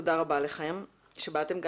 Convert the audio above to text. תודה רבה לכם שבאתם,